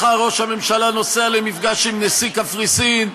מחר ראש הממשלה נוסע למפגש עם נשיא קפריסין,